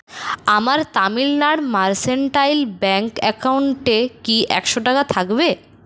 আমার Tamil Nadu mercantile bank অ্যাকাউন্টে কি একশো টাকা থাকবে